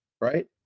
right